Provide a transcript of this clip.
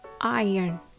Iron